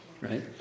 right